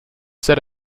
said